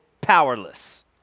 powerless